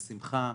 בשמחה.